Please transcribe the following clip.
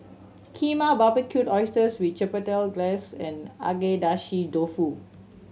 Kheema Barbecued Oysters with Chipotle Glaze and Agedashi Dofu